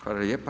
Hvala lijepa.